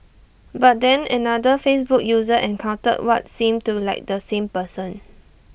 but then another Facebook user encountered what seemed to like the same person